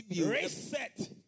Reset